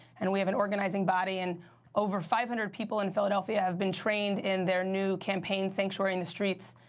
and we have an organizing body, and over five hundred people in philadelphia have been trained in their new campaign, sanctuary in the streets,